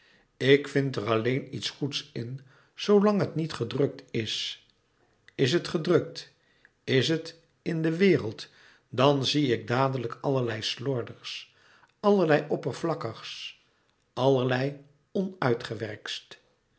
ik vind er alleen iets goeds in zoolang het niet gedrukt is is het gedrukt is het in de wereld dan zie ik dadelijk allerlei slordigs allerlei oppervlakkigs allerlei